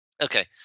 Okay